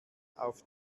auf